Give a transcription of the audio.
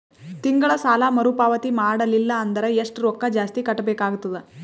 ತಿಂಗಳ ಸಾಲಾ ಮರು ಪಾವತಿ ಮಾಡಲಿಲ್ಲ ಅಂದರ ಎಷ್ಟ ರೊಕ್ಕ ಜಾಸ್ತಿ ಕಟ್ಟಬೇಕಾಗತದ?